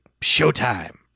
showtime